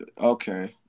okay